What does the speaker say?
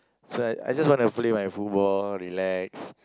so I I just want to play my football relax